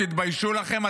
תתביישו לכם,